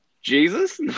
Jesus